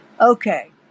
Okay